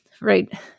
Right